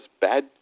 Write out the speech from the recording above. bad